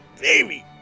baby